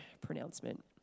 pronouncement